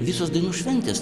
visos dainų šventės